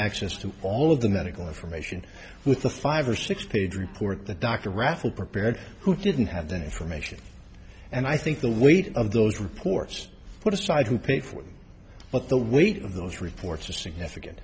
access to all of the medical information with the five or six page report that dr raffle prepared who didn't have that information and i think the weight of those reports put aside to pay for it but the weight of those reports are significant